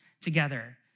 together